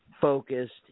focused